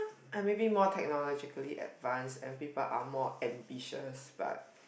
and maybe more technologically advance and people more ambitious but